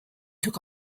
took